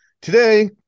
Today